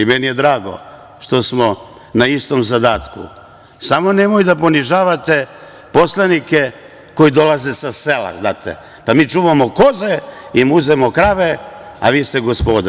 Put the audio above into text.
Meni je drago što smo na istom zadatku, samo nemojte da ponižavate poslanike koji dolaze sa sela, znate, pa mi čuvamo koze i muzemo krave, a vi ste gospoda.